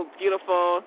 beautiful